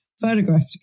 photographed